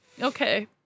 Okay